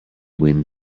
win